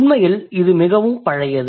உண்மையில் இது மிகவும் பழையது